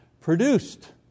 produced